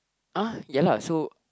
!ah! ya lah so